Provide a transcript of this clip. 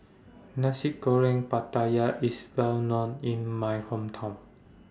Nasi Goreng Pattaya IS Well known in My Hometown